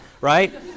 right